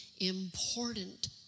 important